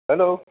hello